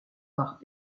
par